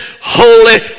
holy